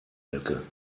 elke